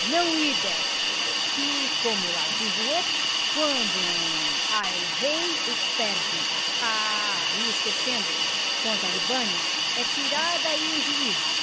não ir desta que como lá diz o outro quando não há el-rei o perde ah ia esquecendo quanto à libânia é tirar daí o juízo